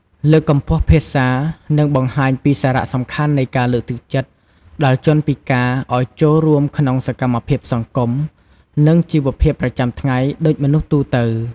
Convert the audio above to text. លើកកម្ពស់ភាសា នឹងបង្ហាញពីសារៈសំខាន់នៃការលើកទឹកចិត្តដល់ជនពិការឲ្យចូលរួមក្នុងសកម្មភាពសង្គម និងជីវភាពប្រចាំថ្ងៃដូចមនុស្សទូទៅ ។